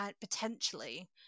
potentially